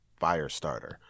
Firestarter